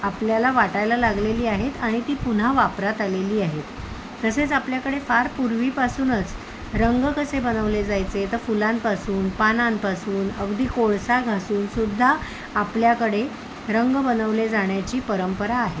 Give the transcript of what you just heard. आपल्याला वाटायला लागलेली आहेत आणि ती पुन्हा वापरात आलेली आहेत तसेच आपल्याकडे फार पूर्वीपासूनच रंग कसे बनवले जायचे तर फुलांपासून पानांपासून अगदी कोळसा घासून सुद्धा आपल्याकडे रंग बनवले जाण्याची परंपरा आहे